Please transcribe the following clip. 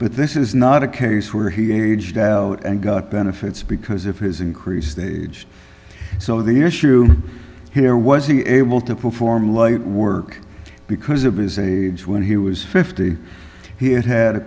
but this is not a case where he aged out and got benefits because if his increased age so the issue here was he able to perform late work because of his age when he was fifty he had had a